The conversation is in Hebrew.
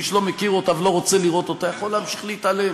מי שלא מכיר אותה ולא רוצה לראות אותה יכול להמשיך להתעלם.